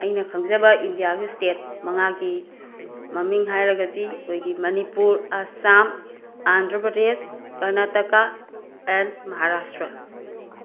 ꯑꯩꯅ ꯈꯪꯖꯕ ꯏꯟꯗꯤꯌꯥꯒꯤ ꯏꯁꯇꯦꯠ ꯃꯉꯥꯒꯤ ꯃꯃꯤꯡ ꯍꯥꯏꯔꯒꯗꯤ ꯑꯩꯈꯣꯏꯒꯤ ꯃꯅꯤꯄꯨꯔ ꯑꯁꯥꯝ ꯑꯥꯟꯗ꯭ꯔ ꯄꯔꯗꯦꯁ ꯀꯔꯅꯥꯇꯀꯥ ꯑꯦꯟ ꯃꯍꯥꯔꯥꯁꯇ꯭ꯔ